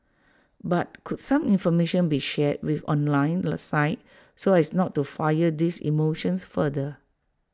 but could some information be shared with online sites so as to not fire these emotions further